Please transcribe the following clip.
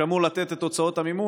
שאמור לתת את הוצאות המימון.